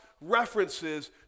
references